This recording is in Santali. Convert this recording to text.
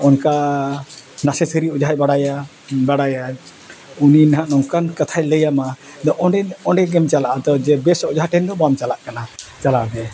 ᱚᱱᱠᱟ ᱱᱟᱥᱮ ᱥᱟᱹᱨᱤ ᱚᱡᱷᱟᱭ ᱵᱟᱲᱟᱭᱟ ᱵᱟᱲᱟᱭᱟ ᱩᱱᱤ ᱱᱟᱦᱟᱸᱜ ᱱᱚᱝᱠᱟᱱ ᱠᱟᱛᱷᱟᱭ ᱞᱟᱹᱭ ᱟᱢᱟ ᱚᱸᱰᱮ ᱚᱸᱰᱮ ᱜᱮᱢ ᱪᱟᱞᱟᱜᱼᱟ ᱛᱚ ᱡᱮ ᱵᱮᱥ ᱚᱡᱷᱟ ᱴᱷᱮᱱ ᱫᱚ ᱵᱟᱢ ᱪᱟᱞᱟᱜ ᱠᱟᱱᱟ ᱪᱟᱞᱟᱣ ᱜᱮ